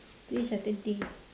this Saturday